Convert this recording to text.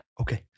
Okay